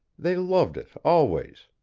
they loved it always.